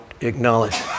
acknowledge